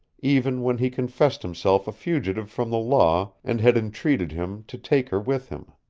even when he confessed himself a fugitive from the law and had entreated him to take her with him.